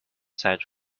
set